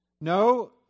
No